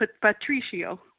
Patricio